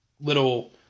little –